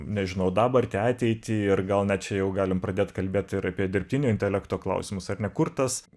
nežinau dabartį ateitį ir gal net čia jau galim pradėt kalbėt ir apie dirbtinio intelekto klausimus ar ne kur tas